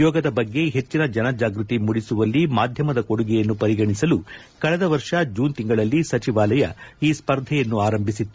ಯೋಗದ ಬಗ್ಗೆ ಹೆಚ್ಚಿನ ಜನಜಾಗೃತಿ ಮೂಡಿಸುವಲ್ಲಿ ಮಾಧ್ಯಮದ ಕೊಡುಗೆಯನ್ನು ಪರಿಗಣಿಸಲು ಕಳೆದ ವರ್ಷ ಜೂನ್ ತಿಂಗಳಲ್ಲಿ ಸಚಿವಾಲಯ ಈ ಸ್ವರ್ಧೆಯನ್ನು ಆರಂಭಿಸಿತ್ತು